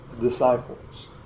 disciples